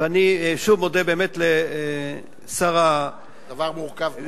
ואני שוב מודה באמת לשר המשפטים, דבר מורכב מאוד.